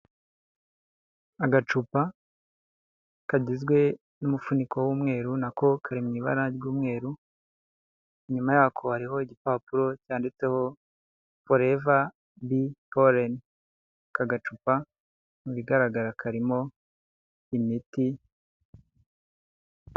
Agacupa kagizwe n'umufuniko w'umweru nako kari mu ibara ry'umweru, inyuma yako hariho igipapuro cyanditseho Forever bee pollen, aka gacupa mu bigaragara karimo imiti.